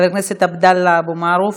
חבר הכנסת עבדאללה אבו מערוף,